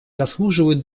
заслуживают